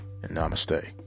namaste